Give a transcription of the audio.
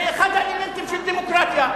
זה אחד האלמנטים של דמוקרטיה,